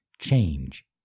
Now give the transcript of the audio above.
change